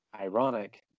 ironic